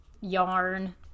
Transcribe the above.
yarn